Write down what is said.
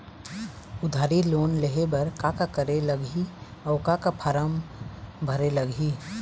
उधारी लोन लेहे बर का का करे लगही अऊ का का फार्म भरे लगही?